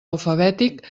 alfabètic